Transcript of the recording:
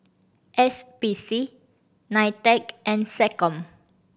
S P C NITEC and SecCom